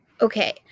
okay